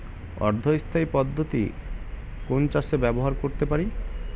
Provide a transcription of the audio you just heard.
অর্ধ স্থায়ী পদ্ধতি কোন চাষে ব্যবহার করতে পারি?